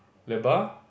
Lebar